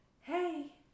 hey